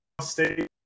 state